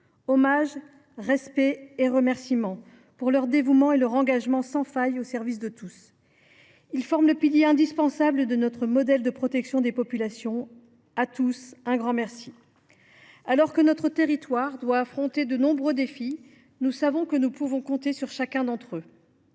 en effet respect et remerciements pour leur dévouement et leur engagement sans faille au service de tous. Ils forment le pilier indispensable de notre modèle de protection des populations. À tous, un grand merci ! Alors que notre territoire doit affronter de nombreux défis, nous savons que nous pouvons compter sur chacun d’entre eux.